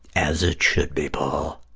as it should be, paul.